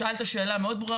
שאלת שאלה מאוד ברורה